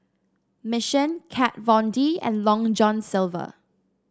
Mission Kat Von D and Long John Silver